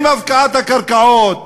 עם הפקעת הקרקעות,